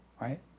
Right